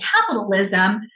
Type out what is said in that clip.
capitalism